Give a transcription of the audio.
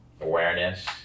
awareness